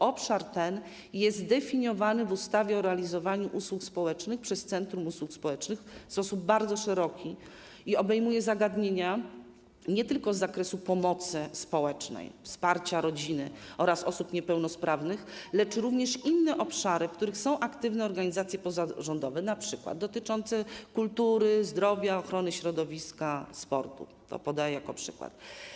Obszar ten jest zdefiniowany w ustawie o realizowaniu usług społecznych przez centrum usług społecznych w sposób bardzo szeroki i obejmuje nie tylko zagadnienia z zakresu pomocy społecznej, wsparcia rodziny oraz osób niepełnosprawnych, lecz również inne obszary, w których są aktywne organizacje pozarządowe, np. dotyczące kultury, zdrowia, ochrony środowiska, sportu - to podaję jako przykład.